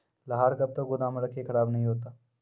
लहार कब तक गुदाम मे रखिए खराब नहीं होता?